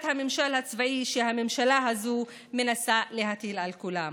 הממשל הצבאי שהממשלה הזאת מנסה להטיל על כולם.